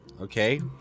okay